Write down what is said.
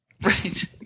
Right